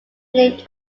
named